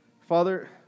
Father